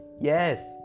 yes